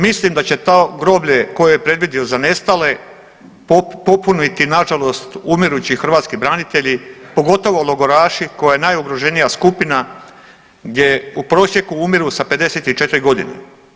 Mislim da će to groblje koje je predvidio za nestale popuniti na žalost umirući hrvatski branitelji pogotovo logoraši koji su najugroženija skupina gdje u prosjeku umiru sa 54 godine.